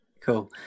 cool